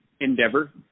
endeavor